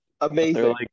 Amazing